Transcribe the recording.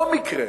לא מקרה